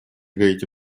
гаити